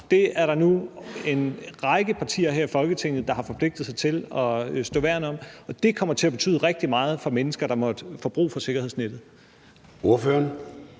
Det er der nu en række partier her i Folketinget der har forpligtet sig til at stå værn om, og det kommer til at betyde rigtig meget for mennesker, der måtte få brug for sikkerhedsnettet.